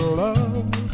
love